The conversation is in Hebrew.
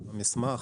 המסמך,